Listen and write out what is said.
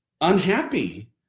unhappy